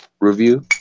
review